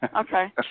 Okay